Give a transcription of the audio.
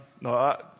No